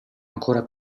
ancora